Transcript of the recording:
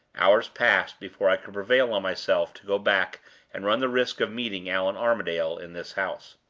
hours passed before i could prevail on myself to go back and run the risk of meeting allan armadale in this house.